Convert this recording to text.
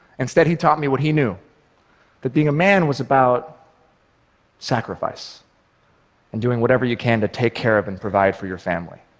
instead he taught me what he knew that being a man was about sacrifice and doing whatever you can to take care of and provide for your family.